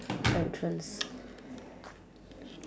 entrance